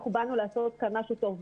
אנחנו באנו לעשות כאן משהו טוב.